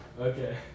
Okay